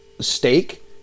steak